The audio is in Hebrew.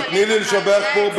אבל תני לי לשבח פה.